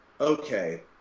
okay